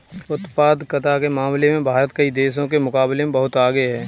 उत्पादकता के मामले में भारत कई देशों के मुकाबले बहुत आगे है